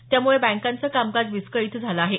त्यामुळे बँकांचं कामकाज विस्कळीत झालं आहे